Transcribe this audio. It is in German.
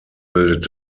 bildet